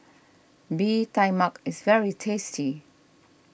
Bee Tai Mak is very tasty